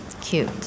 Cute